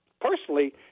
personally